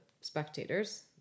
spectators